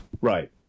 Right